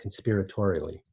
conspiratorially